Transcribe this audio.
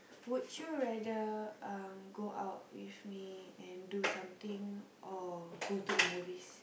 would you rather um go out with me and do something or go to the movies